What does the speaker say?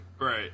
Right